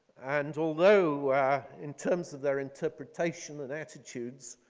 and although in terms of their interpretation of attitudes,